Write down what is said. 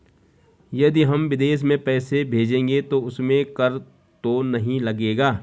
यदि हम विदेश में पैसे भेजेंगे तो उसमें कर तो नहीं लगेगा?